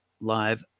live